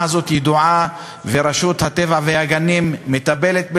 הזאת ידועה ורשות הטבע והגנים מטפלת בזה,